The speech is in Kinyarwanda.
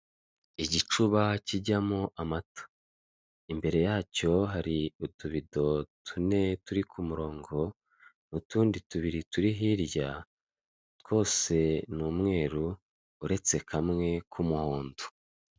Uyu ni umuhanda wa kaburimbo ugendwamo mu byerekezo byombi, harimo imodoka nini iri kugenda ifite irange ry'umweru.